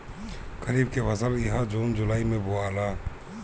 खरीफ के फसल इहा जून जुलाई में बोआला